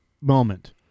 moment